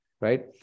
Right